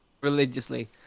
religiously